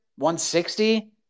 160